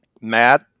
Matt